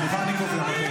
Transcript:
סליחה, אני קובע.